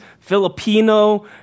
Filipino